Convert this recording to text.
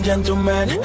Gentlemen